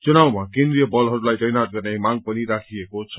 चुनावमा केन्द्रिय बलहरूलाई तैनात गर्ने मांग पनि राखिएको छ